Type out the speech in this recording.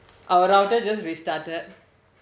our router just restarted